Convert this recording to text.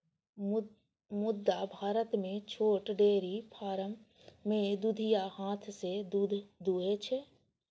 मुदा भारत मे छोट डेयरी फार्म मे दुधिया हाथ सं दूध दुहै छै